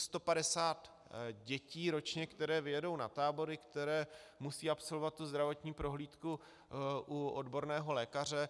Je to 150 tis. dětí ročně, které vyjedou na tábory, které musí absolvovat tu zdravotní prohlídku u odborného lékaře.